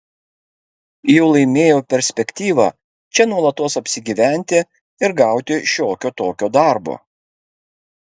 jau laimėjau perspektyvą čia nuolatos apsigyventi ir gauti šiokio tokio darbo